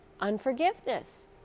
unforgiveness